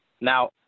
Now